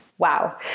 Wow